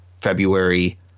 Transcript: February